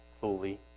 fully